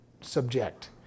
subject